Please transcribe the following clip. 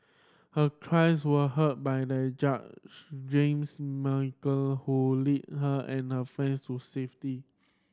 her cries were heard by their judge James Michael who lead her and her friends to safety